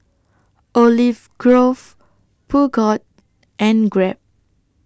Olive Grove Peugeot and Grab